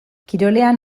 kirolean